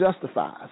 justifies